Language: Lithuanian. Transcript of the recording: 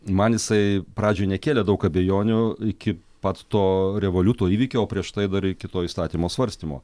man jisai pradžioj nekėlė daug abejonių iki pat to revoliuto įvykio o prieš tai dar iki to įstatymo svarstymo